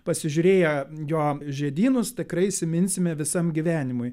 pasižiūrėję jo žiedynus tikrai įsiminsime visam gyvenimui